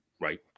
right